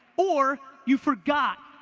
or you forgot.